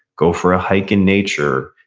go for a hike in nature.